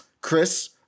Chris